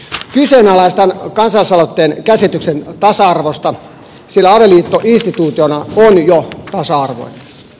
kyseenalaistan kansalaisaloitteen käsityksen tasa arvosta sillä avioliitto instituutiona on jo tasa arvoinen